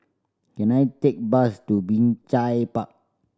can I take bus to Binjai Park